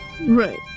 right